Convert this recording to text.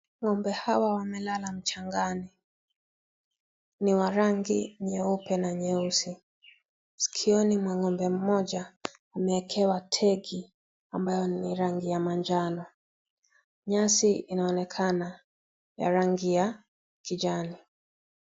Ng'ombe hawa wamelala mchangani. Ni wa rangi nyeupe na nyeusi. Sikioni mwa ng'ombe mmoja ameekewa tepi ambayo ni ya rangi ya manjano. Nyasi inaonekana ya rangi ya kijani.